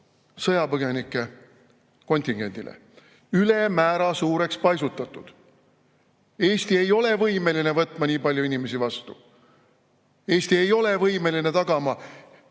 sõjapõgenike kontingendile. Ülemäära suureks paisutatud! Eesti ei ole võimeline võtma vastu nii palju inimesi. Eesti ei ole võimeline tagama